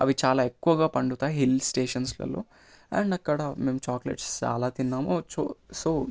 అవి చాలా ఎక్కువగా పండుతాయి హిల్స్టేషన్స్లలో అండ్ అక్కడ మేము చాక్లేట్స్ చాలా తిన్నాము చో సో